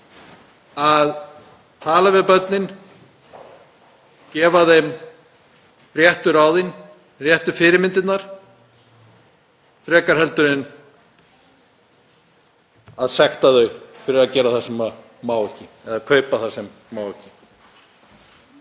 að tala við börnin, gefa þeim réttu ráðin, réttu fyrirmyndirnar frekar en að sekta þau fyrir að gera það sem má ekki eða kaupa það sem má ekki.